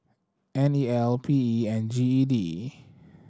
N E L P E and G E D